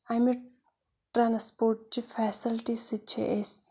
اَمہِ ٹرٛانَسپوٹچہِ فیسَلٹی سۭتۍ چھِ أسۍ